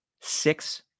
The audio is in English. six